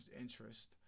interest